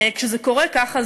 כשזה קורה ככה,